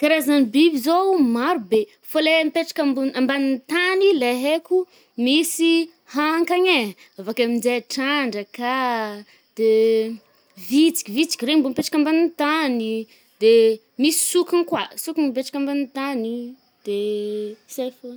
karazan’ny biby zao maro be. Fô le mipetraka ambo-ambanin’ny tany le haiko misy hankagne, avake amijay trandrakà, de vitsiky-vitsiky regny mbô mipetraka ambanin’ny tany, de misy sokigny kôa. Sokigny mipetraka amanin’ny tany, de zay fôgna.